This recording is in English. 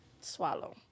swallow